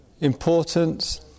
importance